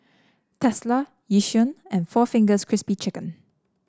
Tesla Yishion and four Fingers Crispy Chicken